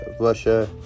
Russia